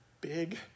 big